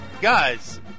guys